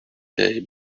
they